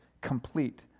complete